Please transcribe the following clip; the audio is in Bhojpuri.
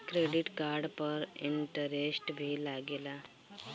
क्रेडिट कार्ड पे इंटरेस्ट भी लागेला?